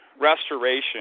restoration